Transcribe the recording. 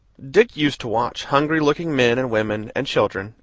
dick used to watch hungry-looking men and women and children,